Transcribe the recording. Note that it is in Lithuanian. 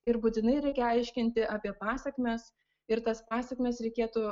ir būtinai reikia aiškinti apie pasekmes ir tas pasekmes reikėtų